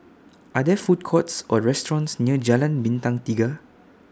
Are There Food Courts Or restaurants near Jalan Bintang Tiga